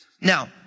Now